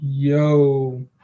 Yo